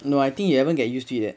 no I think you haven't get used to it